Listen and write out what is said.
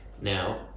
Now